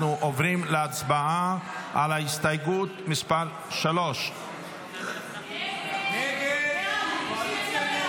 אנחנו עוברים להצבעה על הסתייגות מס' 3. הסתייגות 3